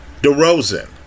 DeRozan